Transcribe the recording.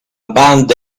banda